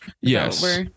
Yes